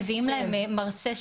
מביאים להם מרצה,